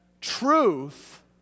truth